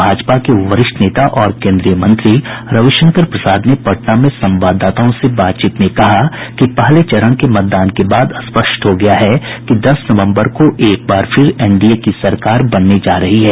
भाजपा के वरिष्ठ नेता और केन्द्रीय मंत्री रविशंकर प्रसाद ने पटना में संवाददाताओं से बातचीत में कहा कि पहले चरण के मतदान के बाद स्पष्ट हो गया है कि दस नवम्बर को एक बार फिर एनडीए की सरकार बनने जा रही है